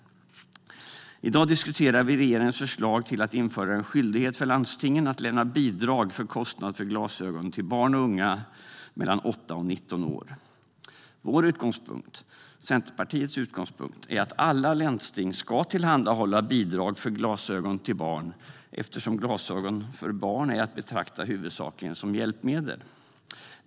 I dag diskuterar vi regeringens förslag att införa en skyldighet för landstingen att lämna bidrag för kostnad för glasögon till barn och unga mellan 8 och 19 år. Centerpartiets utgångspunkt är att alla landsting ska tillhandahålla bidrag för glasögon till barn eftersom glasögon för barn är att betrakta huvudsakligen som hjälpmedel.